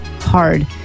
hard